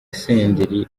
senderi